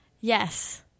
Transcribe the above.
Yes